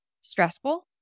stressful